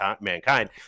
mankind